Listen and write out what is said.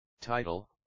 Title